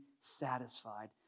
satisfied